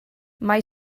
mae